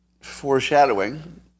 foreshadowing